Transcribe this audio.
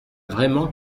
vraiment